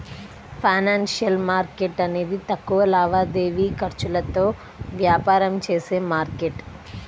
financial market అనేది తక్కువ లావాదేవీ ఖర్చులతో వ్యాపారం చేసే మార్కెట్